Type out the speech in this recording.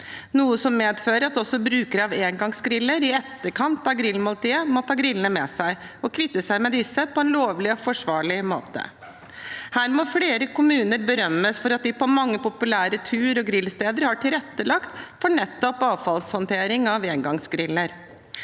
noe som medfører at også brukere av engangsgriller i etterkant av grillmåltidet må ta grillene med seg og kvitte seg med disse på en lovlig og forsvarlig måte. Her må flere kommuner berømmes for at de på mange populære tur- og grillsteder har tilrettelagt for nettopp avfallshåndtering av engangsgriller.